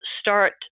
start